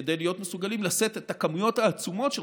כדי להיות מסוגלים לשאת את הכמויות העצומות של